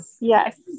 yes